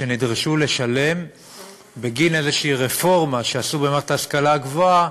שנדרשו לשלם בגין איזושהי רפורמה שעשו במערכת ההשכלה הגבוהה